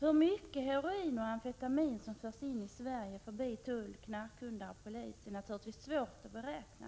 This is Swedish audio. Hur mycket heroin och amfetamin som förs in i Sverige förbi tull, knarkhundar och polis är naturligtvis svårt att beräkna,